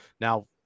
Now